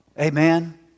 Amen